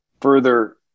further